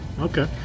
Okay